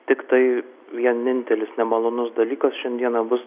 tiktai vienintelis nemalonus dalykas šiandieną bus